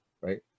right